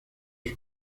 sus